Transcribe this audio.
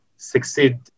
succeed